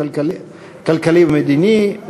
הכלכלי והמדיני,